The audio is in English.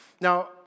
Now